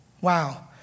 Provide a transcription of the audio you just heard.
Wow